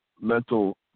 mental